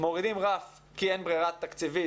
מורידים רף כי אין ברירה תקציבית,